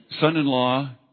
son-in-law